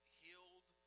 healed